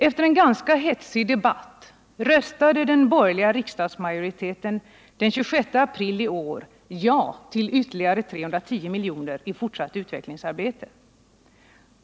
Efter en ganska hetsig debatt 8 röstade den borgerliga riksdagsmajoriteten den 26 april i år ja till ytterligare 310 miljoner i fortsatt utvecklingsarbete.